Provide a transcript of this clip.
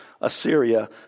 Assyria